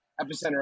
Epicenter